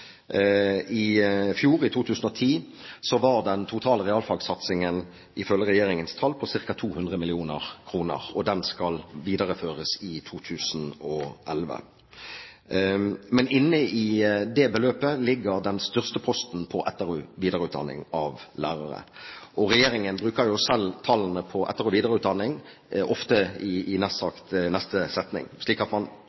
I fjor, i 2010, var den totale realfagsatsingen ifølge regjeringens tall på ca. 200 mill. kr, og den skal videreføres i 2011. Men inne i det beløpet ligger den største posten til etter- og videreutdanning av lærere. Regjeringen bruker selv tallene til etter- og videreutdanning ofte, nær sagt i neste setning, slik at man i